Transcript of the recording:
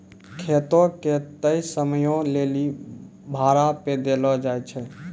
खेतो के तय समयो लेली भाड़ा पे देलो जाय छै